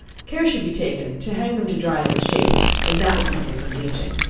care should be taken to hang them to dry in the shade, as that will keep them from bleaching.